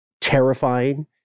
terrifying